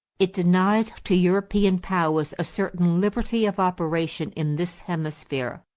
it denied to european powers a certain liberty of operation in this hemisphere.